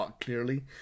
clearly